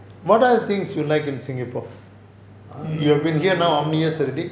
err